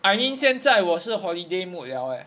I mean 现在我是 holiday mood liao leh